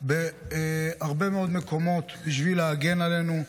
בהרבה מאוד מקומות בשביל להגן עלינו.